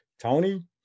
Tony